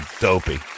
dopey